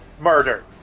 Murder